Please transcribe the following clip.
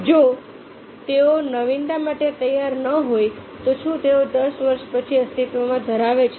તેથી જો તેઓ નવીનતા માટે તૈયાર ન હોય તો શું તેઓ 10 વર્ષ પછી અસ્તિત્વ ધરાવે છે